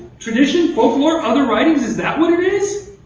tradition? folklore? other writings? is that what it is?